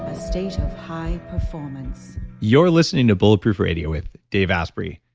ah state of high performance you're listening to bulletproof radio with dave asprey.